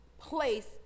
place